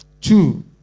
Two